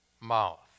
mouth